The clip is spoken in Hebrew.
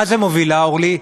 מה זה מובילה, אורלי?